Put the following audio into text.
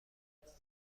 انتظار